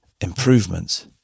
improvements